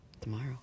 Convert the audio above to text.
tomorrow